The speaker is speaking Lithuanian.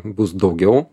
bus daugiau